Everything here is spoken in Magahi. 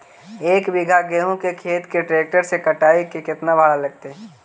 एक बिघा गेहूं के खेत के ट्रैक्टर से कटाई के केतना भाड़ा लगतै?